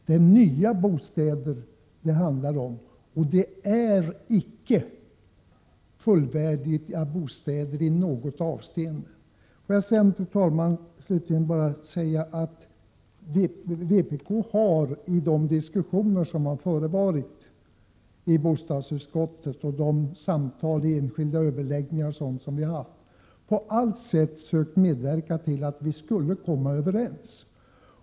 Det är nya bostäder som det handlar om, men det är icke i något avseende fullvärdiga bostäder. Får jag sedan slutligen, fru talman, säga att vpk i de diskussioner som har förevarit i bostadsutskottet och vid enskilda överläggningar på allt sätt har sökt medverka till att komma överens.